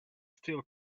still